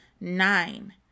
Nine